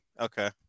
Okay